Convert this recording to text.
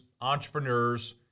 entrepreneurs